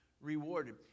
rewarded